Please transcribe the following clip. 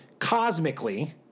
cosmically